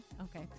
Okay